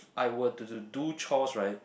I were to do do chores right